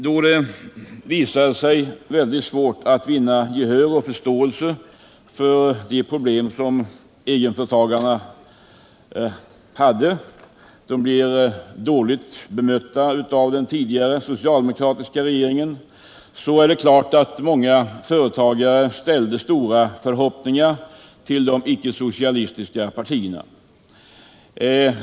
Då det visade sig vara mycket svårt att vinna gehör och förståelse för de problem som egenföretagarna hade — de blev dåligt bemötta av den tidigare socialdemokratiska regeringen — är det klart att många småföretagare ställde stora förhoppningar till de icke-socialistiska partierna.